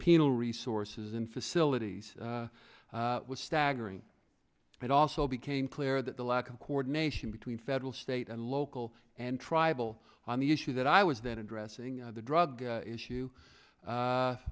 penal resources in facilities was staggering it also became clear that the lack of coordination between federal state and local and tribal on the issue that i was then addressing the drug issue